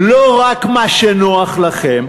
לא רק מה שנוח לכם,